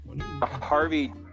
Harvey